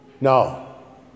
No